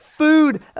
food